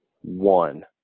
one